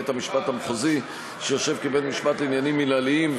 בית-המשפט המחוזי שיושב כבית-משפט לעניינים מינהליים,